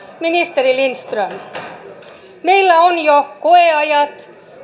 ministeri lindström että meillä on jo koeajat